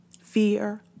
fear